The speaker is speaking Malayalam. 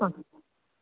ആ